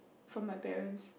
from my parents